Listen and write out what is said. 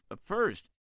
first